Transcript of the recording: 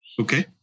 Okay